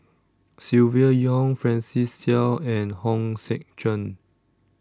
Silvia Yong Francis Seow and Hong Sek Chern